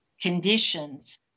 conditions